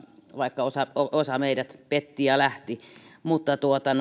vaikka osa osa meidät petti ja lähti mutta